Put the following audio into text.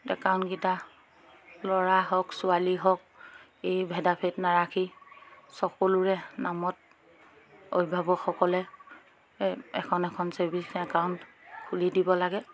একাউণ্টকেইটা ল'ৰা হওক ছোৱালী হওক এই ভেদাভেদ নাৰাখি সকলোৰে নামত অভিভাৱকসকলে এখন এখন ছেভিংছ একাউণ্ট খুলি দিব লাগে